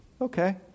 okay